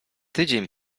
tydzień